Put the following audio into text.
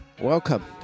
Welcome